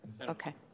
Okay